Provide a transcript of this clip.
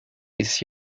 ist